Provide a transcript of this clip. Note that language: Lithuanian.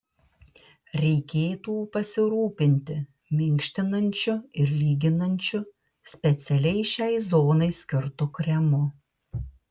reikėtų pasirūpinti minkštinančiu ir lyginančiu specialiai šiai zonai skirtu kremu